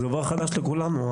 זה דבר חדש לכולנו,